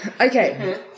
Okay